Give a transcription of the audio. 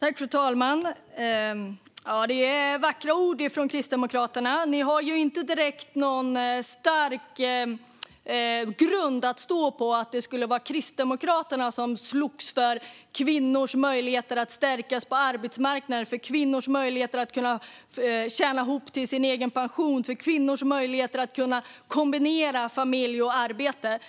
Fru talman! Det är vackra ord från Kristdemokraterna, men ni har ju inte direkt någon stark grund att stå på, Gudrun Brunegård. Det är inte Kristdemokraterna som har slagits för kvinnors möjligheter att stärkas på arbetsmarknaden, kvinnors möjligheter att tjäna ihop till sin egen pension och kvinnors möjligheter att kombinera familj och arbete.